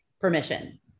permission